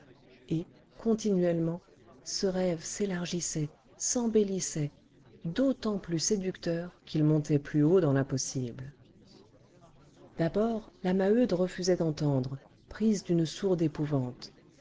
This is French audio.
et continuellement ce rêve s'élargissait s'embellissait d'autant plus séducteur qu'il montait plus haut dans l'impossible d'abord la maheude refusait d'entendre prise d'une sourde épouvante